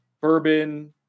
bourbon